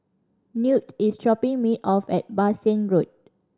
Newt is dropping me off at Bassein Road